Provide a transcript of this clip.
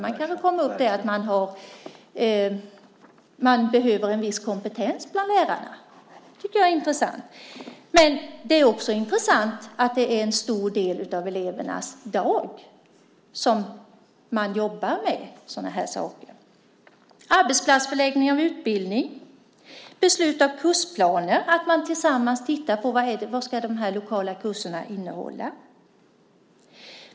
Man kanske kommer fram till att det behövs en viss kompetens bland lärarna. Det tycker jag är intressant. Men det är också intressant att det är en stor del av elevernas dag då man jobbar med sådana här saker. Arbetsplatsförläggning av utbildning. Besluta om kursplaner, att man tillsammans tittar på vad de lokala kurserna ska innehålla.